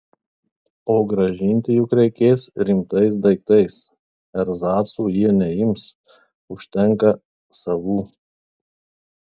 o grąžinti juk reikės rimtais daiktais erzacų jie neims užtenka savų